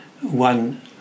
One